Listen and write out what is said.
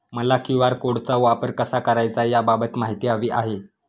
मला क्यू.आर कोडचा वापर कसा करायचा याबाबत माहिती हवी आहे